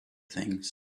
things